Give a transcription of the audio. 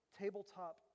tabletop